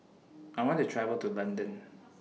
I want to travel to London